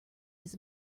his